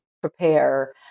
prepare